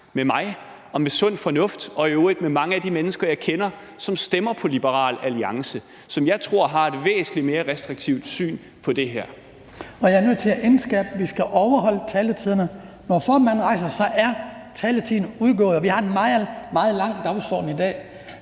med mig og med sund fornuft – og i øvrigt med mange af de mennesker, jeg kender, som stemmer på Liberal Alliance, og som jeg tror har et væsentligt mere restriktivt syn på det her. Kl. 14:50 Den fg. formand (Hans Kristian Skibby): Jeg er nødt til at indskærpe, at vi skal overholde taletiderne. Når formanden rejser sig, er taletiden udløbet. Vi har en meget, meget lang dagsorden i dag.